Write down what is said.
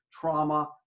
trauma